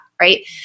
right